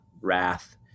wrath